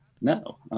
no